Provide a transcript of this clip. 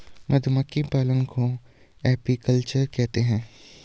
मधुमक्खी पालन को एपीकल्चर कहते है